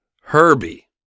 Herbie